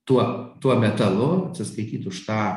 tuo tuo metalu atsiskaityt už tą